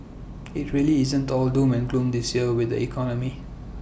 IT really isn't all doom and gloom this year with the economy